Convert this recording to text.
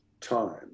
time